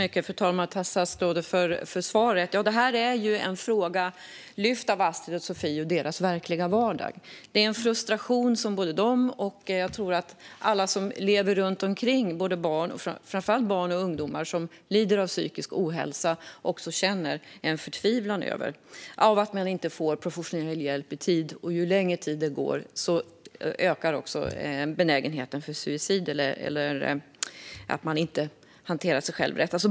Fru talman! Tack, statsrådet, för svaret! Det här är ju en fråga lyft av Astrid och Sofie, och den kommer från deras verklighet och vardag. Det finns en frustration hos både dem och, tror jag, alla som lever runt omkring framför allt barn och ungdomar som lider av psykisk ohälsa. De känner en förtvivlan över att man inte får professionell hjälp i tid, och ju längre tid som går ökar också benägenheten för suicid eller för att man inte hanterar sig själv rätt.